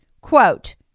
Quote